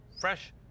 fresh